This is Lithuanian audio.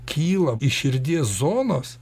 kyla iš širdies zonos